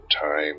time